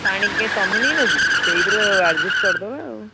ପାଣି କାଇଁ ତମେ ନେଇନ କି ସେଇଥିରୁ ଆଡ଼ଜଷ୍ଟ କରି ଦେବା ଆଉ